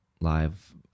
live